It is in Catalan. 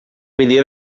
milió